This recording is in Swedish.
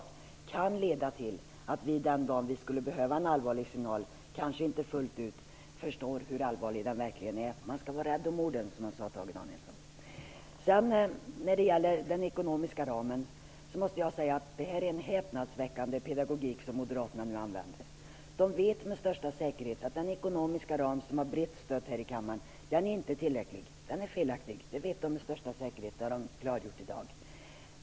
Detta kan leda till att vi den dag då det skulle behövas en allvarlig signal kanske inte fullt ut förstår hur allvarlig den verkligen är. Man skall vara rädd om orden, som Tage Danielsson sade. När det gäller den ekonomiska ramen använder moderaterna en häpnadsväckande pedagogik. De vet med största säkerhet att den ekonomiska ram som har brett stöd här i kammaren inte är tillräcklig. Den är felaktig, och det vet man med största säkerhet, det har klargjorts i dag.